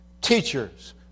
teachers